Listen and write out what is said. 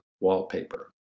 wallpaper